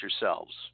yourselves